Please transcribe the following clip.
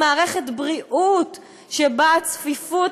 עם מערכת בריאות שבה הצפיפות,